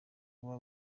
kuba